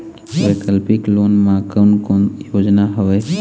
वैकल्पिक लोन मा कोन कोन योजना हवए?